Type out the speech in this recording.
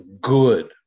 good